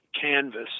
canvas